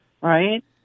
right